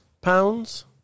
pounds